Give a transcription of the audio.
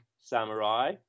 Samurai